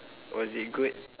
was it good